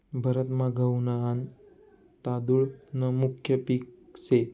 भारतमा गहू न आन तादुळ न मुख्य पिक से